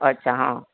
અચ્છા હા